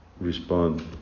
respond